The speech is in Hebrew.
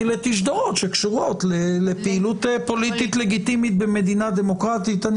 לתשדורות שקשורות לפעילות פוליטית לגיטימית במדינה דמוקרטית.